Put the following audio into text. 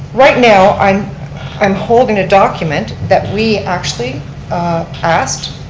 right now, i'm i'm holding a document that we actually asked